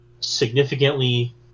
significantly